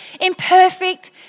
imperfect